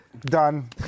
done